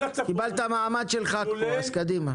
קיבלת מעמד של ח"כ פה אז קדימה.